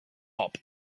hop